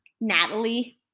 Natalie